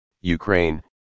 Ukraine